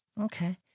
Okay